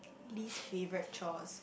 least favourite chores